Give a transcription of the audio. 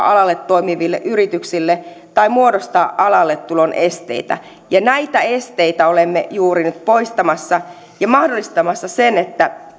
alalla toimiville yrityksille tai muodostaa alalle tulon esteitä näitä esteitä olemme juuri nyt poistamassa sekä mahdollistamassa sen että